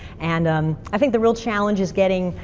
and um i think the real challenge is getting,